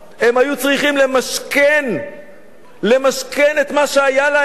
הם היו צריכים למשכן את מה שהיה להם.